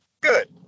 Good